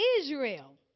Israel